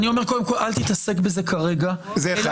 אני אומר קודם כל אל תתעסק בזה כרגע אלא